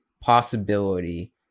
possibility